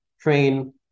train